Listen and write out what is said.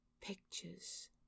pictures